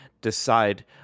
decide